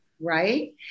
right